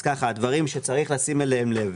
הדברים שצריך לשים אליהם לב.